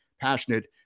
passionate